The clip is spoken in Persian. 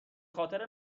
خاطر